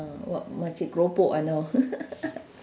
uh what makcik keropok I know